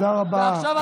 תודה רבה,